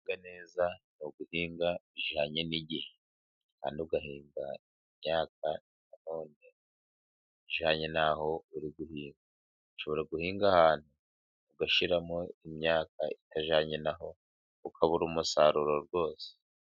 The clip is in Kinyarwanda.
Guhinga neza ni uguhinga bijyanye n'igihe, Kandi ugahinga imyaka na none ijyanye n'aho uri guhinga, hari igihe ushobora guhinga ahantu, ugashyiramo imyaka itajyanye na ho, ukabura umusaruro rwose.